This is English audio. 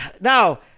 Now